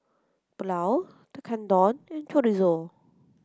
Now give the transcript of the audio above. Pulao Tekkadon and Chorizo